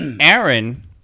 Aaron